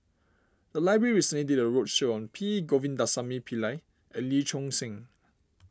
the library recently did a roadshow on P Govindasamy Pillai and Lee Choon Seng